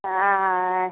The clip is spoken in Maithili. हँ